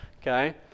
okay